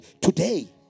today